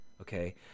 Okay